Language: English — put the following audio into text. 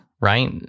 right